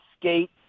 skate